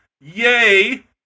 Yay